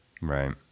Right